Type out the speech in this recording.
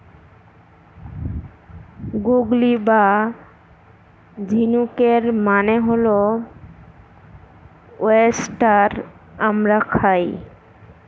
গুগলি বা ঝিনুকের মানে হল ওয়েস্টার আমরা খাই